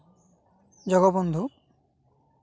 ᱡᱚᱜᱚᱵᱚᱱᱫᱷᱩ